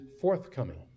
forthcoming